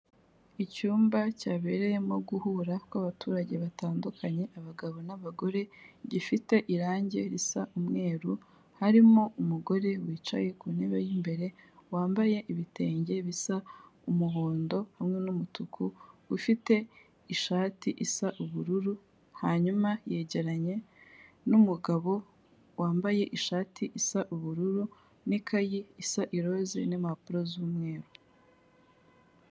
Icyumba cyabereyemo guhura kw'abaturage batandukanye abagabo n'abagore gifite irangi risa umweru, harimo umugore wicaye ku ntebe y'imbere wambaye ibitenge bisa umuhondo hamwe n'umutuku ufite ishati isa ubururu, hanyuma yegeranye n'umugabo wambaye ishati isa ubururu n'ikayi isa iroze n'impapuro z'umweru.